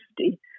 safety